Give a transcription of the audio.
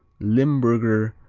limburger,